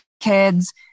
kids